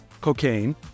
cocaine